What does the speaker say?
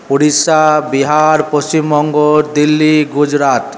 Orissa Bihar Paschimbanga Delhi Gujarat